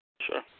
sure